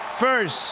first